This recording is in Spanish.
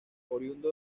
oriundo